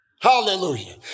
Hallelujah